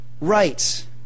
right